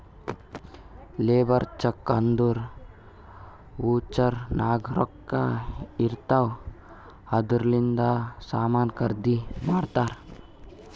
labour check ಅಂದುರ್ voucher ನಾಗ್ ರೊಕ್ಕಾ ಇರ್ತಾವ್ ಅದೂರ್ಲಿಂದೆ ಸಾಮಾನ್ ಖರ್ದಿ ಮಾಡ್ತಾರ್